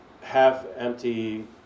half-empty